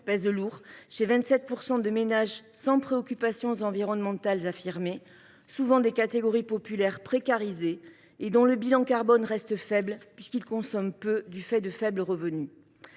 pèse lourd chez 27 % de ménages sans préoccupations environnementales affirmées, souvent des catégories populaires précarisées et dont le bilan carbone reste faible, puisqu’ils consomment peu du fait de faibles revenus